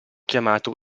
chiamato